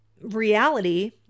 reality